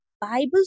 Bibles